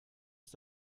ist